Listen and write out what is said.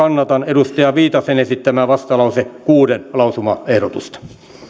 kannatan edustaja viitasen esittämää vastalauseen kuusi lausumaehdotusta